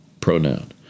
pronoun